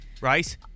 Right